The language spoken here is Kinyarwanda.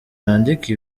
nandika